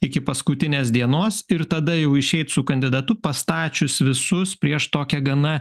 iki paskutinės dienos ir tada jau išeit su kandidatu pastačius visus prieš tokią gana